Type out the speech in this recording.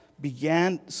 began